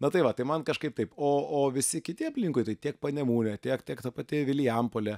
na tai va tai man kažkaip taip o o visi kiti aplinkui tai tiek panemunė tiek tiek ta pati vilijampolė